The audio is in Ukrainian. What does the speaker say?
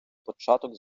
початок